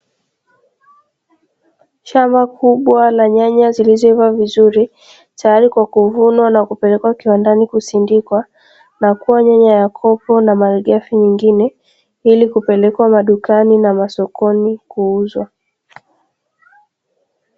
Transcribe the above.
Shamba kubwa la nyanya zilizoiva vizuri, tayari kwa kuvunwa na kupelekwa kiwandani kusindikwa. Na kuwa nyanya ya kopo na malighafi nyingine, ili kupelekwa madukani na masokoni kuuzwa.